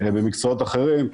במקצועות אחרים,